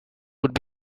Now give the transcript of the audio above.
could